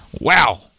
Wow